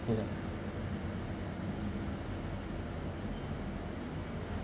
oh ya